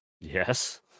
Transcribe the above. yes